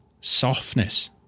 softness